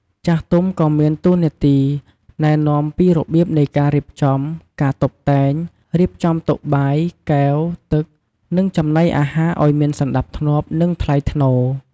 ចាស់ទុំក៏មានតួនាទី ណែនាំពីរបៀបនៃការរៀបចំ ការតុបតែង រៀបចំតុបាយ កែវ ទឹក និងចំណីអាហារឲ្យមានសណ្ដាប់ធ្នាប់ និងថ្លៃថ្នូរ។